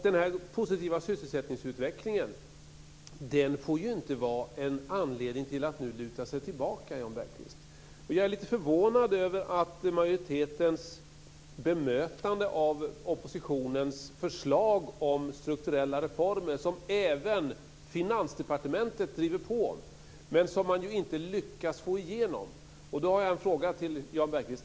Den positiva sysselsättningsutvecklingen får inte vara en anledning till att luta sig tillbaka, Jan Jag är lite förvånad över majoritetens bemötande av oppositionens förslag om strukturella reformer, som även Finansdepartementet driver på, men som man inte lyckas få igenom. Jag har en fråga till Jan Bergqvist.